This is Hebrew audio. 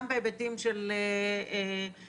גם בהיבטים של זהות,